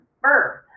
birth